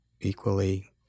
equally